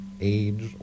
age